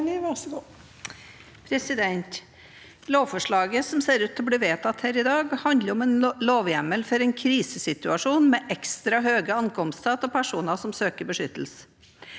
Lovforslaget som ser ut til å bli vedtatt her i dag, handler om en lovhjemmel for en krisesituasjon med ekstra høyt antall ankomster av personer som søker beskyttelse.